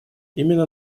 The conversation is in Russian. именно